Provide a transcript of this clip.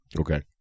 Okay